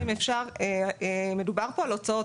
מדובר כאן על הוצאות.